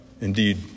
Indeed